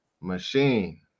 machine